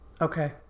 Okay